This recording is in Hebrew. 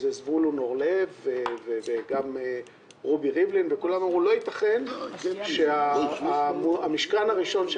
זבולון אורלב ורובי ריבלין וכולם אמרו שלא יתכן שהמשכן הראשון של